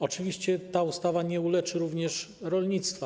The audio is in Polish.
Oczywiście ta ustawa nie uleczy rolnictwa.